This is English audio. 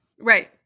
Right